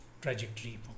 trajectory